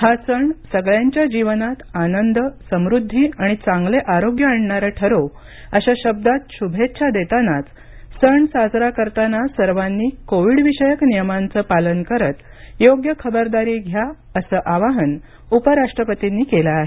हा सण सगळ्यांच्या जीवनात आनंद समृद्धी आणि चांगले आरोग्य आणणारा ठरो अशा शब्दांत शुभेच्छा देतानाच सण साजरा करताना सर्वांनी कोविडविषयक नियमांचं पालन करत योग्य खबरदारी घ्या असं आवाहन उपराष्ट्रपतींनी केलं आहे